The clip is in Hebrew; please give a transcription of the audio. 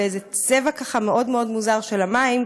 בצבע ככה מאוד מאוד מוזר של המים.